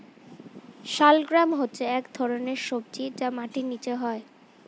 শালগ্রাম হচ্ছে এক ধরনের সবজি যা মাটির নিচে হয়